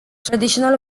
traditional